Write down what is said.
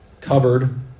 covered